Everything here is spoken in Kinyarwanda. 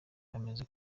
bameze